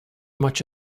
much